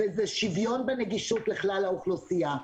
וזה שוויון בנגישות לכלל האוכלוסייה.